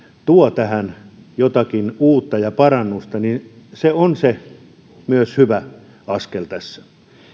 tuo tähän jotakin uutta ja parannusta ja se on myös hyvä askel tässä